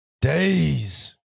Days